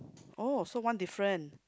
oh so one different